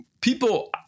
people